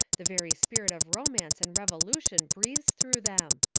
the very spirit of romance and revolution breathes through them!